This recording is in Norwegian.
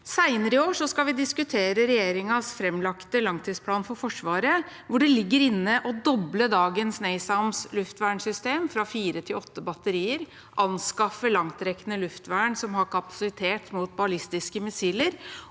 Senere i år skal vi diskutere regjeringens framlagte langtidsplan for Forsvaret, hvor det ligger inne å doble dagens NASAMS luftvernsystem fra fire til åtte batterier, anskaffe langtrekkende luftvern som har kapasitet mot ballistiske missiler,